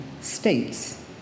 states